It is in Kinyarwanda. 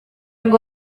ngo